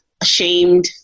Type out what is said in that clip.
ashamed